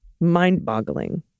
mind-boggling